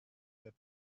their